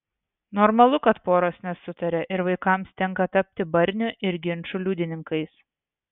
normalu kad poros nesutaria ir vaikams tenka tapti barnių ir ginčų liudininkais